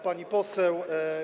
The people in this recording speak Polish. Pani Poseł!